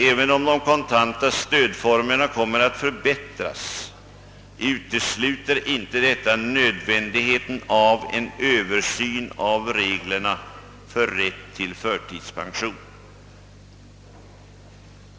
Även om de kontanta stödformerna kommer att förbättras, utesluter detta inte nödvändigheten av en översyn av reglerna för rätt till förtidspension.